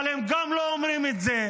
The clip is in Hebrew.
אבל הם גם לא אומרים את זה,